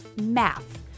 math